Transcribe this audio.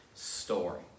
Story